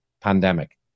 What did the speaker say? pandemic